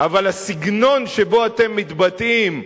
אבל הסגנון שבו אתם מתבטאים,